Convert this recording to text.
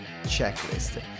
checklist